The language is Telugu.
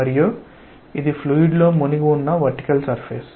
మరియు ఇది ఫ్లూయిడ్ లో మునిగి ఉన్న వర్టికల్ సర్ఫేస్